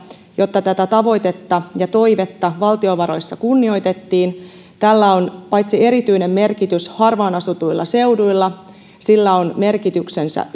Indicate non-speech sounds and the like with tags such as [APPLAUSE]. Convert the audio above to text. että tätä tavoitetta ja toivetta valtiovaroissa kunnioitettiin tällä on erityinen merkitys harvaan asutuilla seuduilla ja sillä on merkityksensä [UNINTELLIGIBLE]